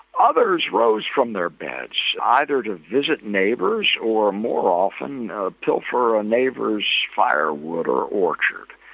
others rose from their beds, either to visit neighbours or more often pilfer a neighbour's firewood or orchard.